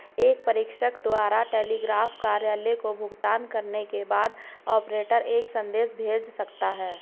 एक प्रेषक द्वारा एक टेलीग्राफ कार्यालय को भुगतान करने के बाद, ऑपरेटर एक संदेश भेज सकता है